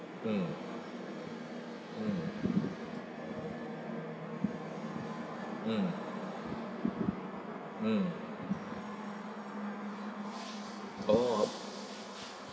mm mm mm mm oh